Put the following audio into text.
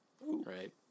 right